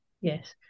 Yes